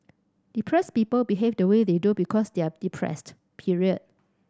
depress people behave the way they do because they are depressed period